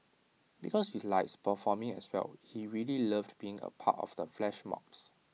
because he likes performing as well he really loved being A part of the flash mobs